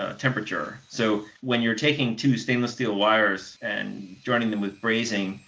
ah temperature. so when you're taking two stainless steel wires and joining them with brazing,